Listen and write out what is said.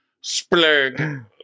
splurge